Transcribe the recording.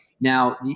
Now